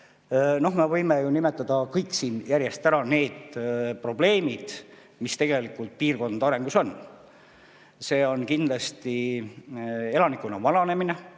Me võime ju nimetada kõik siin järjest ära need probleemid, mis tegelikult piirkondade arengus on. See on kindlasti elanikkonna vananemine